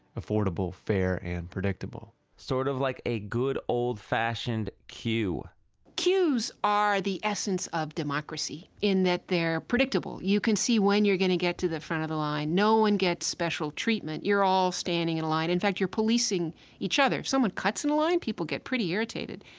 affordable, fair and predictable sort of like a good, old fashioned, queue queues are the essence of democracy in that they're predictable. you can see when you're going to get to the front of the line, no one gets special treatment, you're all standing in line. in fact, you're policing each other. if someone cuts in line people get pretty irritated.